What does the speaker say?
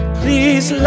please